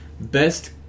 best